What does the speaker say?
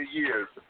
years